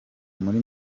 muri